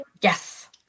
Yes